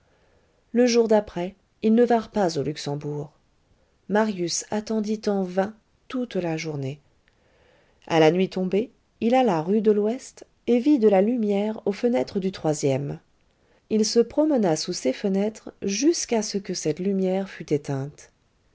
le jour d'après ils ne vinrent pas au luxembourg marius attendit en vain toute la journée à la nuit tombée il alla rue de l'ouest et vit de la lumière aux fenêtres du troisième il se promena sous ces fenêtres jusqu'à ce que cette lumière fût éteinte